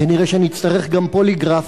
כנראה שנצטרך גם פוליגרף,